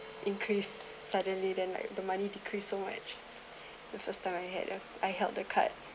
increase suddenly then like the money decrease so much the first time I had lah I held the card